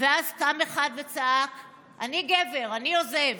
ואז קם אחד וצעק: אני גבר, אני עוזב.